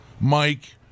Mike